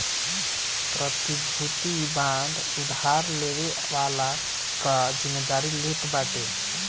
प्रतिभूति बांड उधार लेवे वाला कअ जिमेदारी लेत बाटे